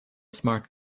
smart